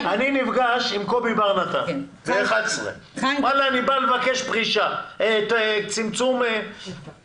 אני נפגש עם קובי בר נתן בשעה 11:00 ואני בא לבקש צמצום פריסה,